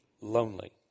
lonely